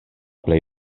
plej